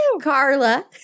Carla